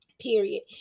period